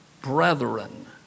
brethren